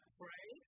pray